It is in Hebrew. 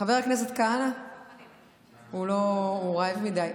הוא רעב מדי.